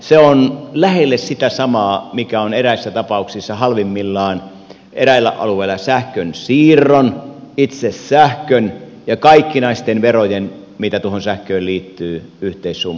se on lähelle sitä samaa mikä on eräissä tapauksissa halvimmillaan eräillä alueilla sähkön siirron itse sähkön ja kaikkinaisten verojen mitä tuohon sähköön liittyy yhteissumma